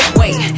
wait